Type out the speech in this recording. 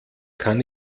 kann